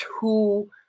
two